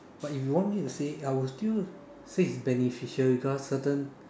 but if you want me to say I will still say it is beneficial because certain